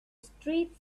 streets